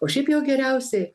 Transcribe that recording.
o šiaip jau geriausiai